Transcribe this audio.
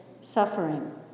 suffering